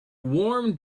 warm